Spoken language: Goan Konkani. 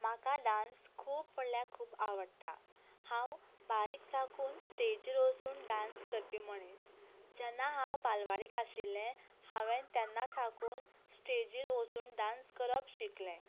म्हाका डांस खूब म्हणल्यार खूब आवडटा हांव बारीक साकून स्टेजीर वचून डांस करपी मनीस जेन्ना हांव बालवाडीक आशिल्लें हांवें तेन्ना साकून स्टेजीर वचून डांस करप शिकलें